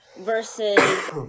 versus